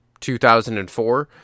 2004